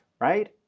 right